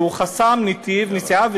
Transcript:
הוא חסם נתיב נסיעה,